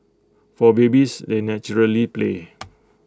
for babies they naturally play